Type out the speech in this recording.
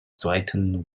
zweiten